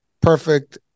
perfect